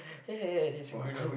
ya ya ya this is good one